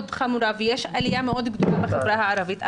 חמורה ויש עליה מאוד גדולה בחברה הערבית,